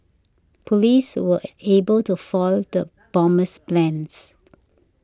police were able to foil the bomber's plans